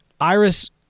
Iris